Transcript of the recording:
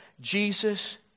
Jesus